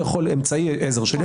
הוא אמצעי עזר שלי.